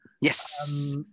Yes